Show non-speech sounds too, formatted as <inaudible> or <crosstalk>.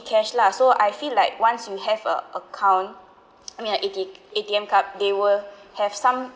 cash lah so I feel like once you have a account <noise> I mean like A_T~ A_T_M card they will have some